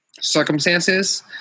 circumstances